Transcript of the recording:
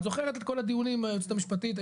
את זוכרת את כל הדיונים היועצת המשפטית?